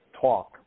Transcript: talk